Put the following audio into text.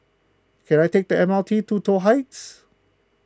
can I take the M R T to Toh Heights